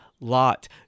lot